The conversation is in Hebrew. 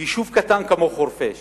ביישוב קטן כמו חורפיש